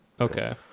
Okay